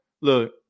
look